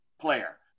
player